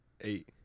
Eight